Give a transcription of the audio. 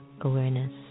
awareness